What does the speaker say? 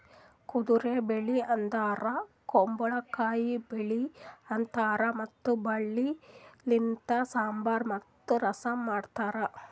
ಕುದುರೆ ಬೆಳಿ ಅಂದುರ್ ಕುಂಬಳಕಾಯಿ ಬೆಳಿ ಅಂತಾರ್ ಮತ್ತ ಬೆಳಿ ಲಿಂತ್ ಸಾಂಬಾರ್ ಮತ್ತ ರಸಂ ಮಾಡ್ತಾರ್